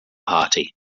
party